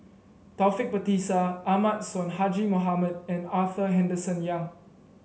Taufik Batisah Ahmad Sonhadji Mohamad and Arthur Henderson Young